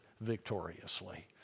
victoriously